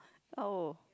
oh